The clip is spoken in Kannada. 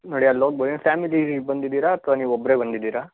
ನೋಡಿ ಅಲ್ಲಿ ಹೋಗ್ಬೋದು ಫ್ಯಾಮಿಲಿ ಬಂದಿದ್ದೀರಾ ಅಥವಾ ನೀವು ಒಬ್ಬರೇ ಬಂದಿದ್ದೀರಾ